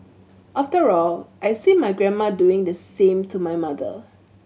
after all I see my grandma doing the same to my mother